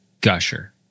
gusher